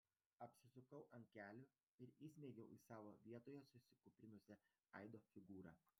apsisukau ant kelių ir įsmeigiau į savo vietoje susikūprinusią aido figūrą